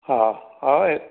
ହଉ ହଉ